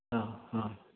ആ ആ